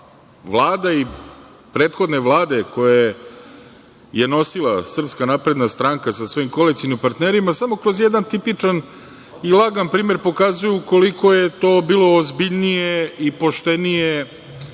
Vlada i prethodne vlade koje je nosila SNS sa svojim koalicionim partnerima samo kroz jedan tipičan i lagan primer pokazuju koliko je to bilo ozbiljnije i poštenije